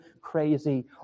crazy